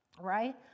right